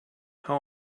how